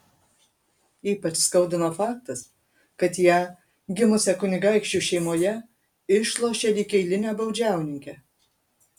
ypač skaudino faktas kad ją gimusią kunigaikščių šeimoje išlošė lyg eilinę baudžiauninkę